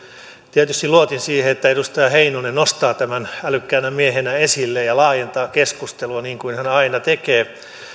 tietysti luotin siihen että edustaja heinonen nostaa tämän älykkäänä miehenä esille ja laajentaa keskustelua niin kuin hän aina tekee